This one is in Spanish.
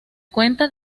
cuenta